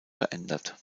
verändert